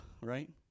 right